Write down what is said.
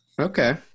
Okay